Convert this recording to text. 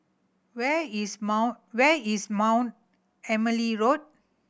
where is Mount where is Mount Emily Road